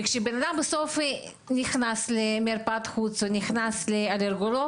כשאדם נכנס למרפאת חוץ או רופא אלרגיה,